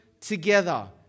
together